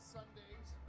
Sundays